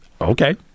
Okay